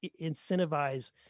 incentivize